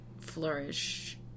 flourish